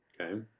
Okay